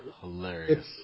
hilarious